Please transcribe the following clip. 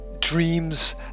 Dreams